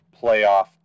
playoff